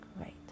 Great